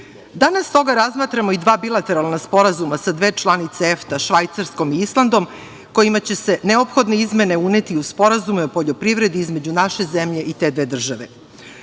stoga razmatramo i dva bilateralna sporazuma sa dve članice EFTA, Švajcarskom i Islandom, kojima će se neophodne izmene uneti u sporazume o poljoprivredi između naše zemlje i te dve države. Odluka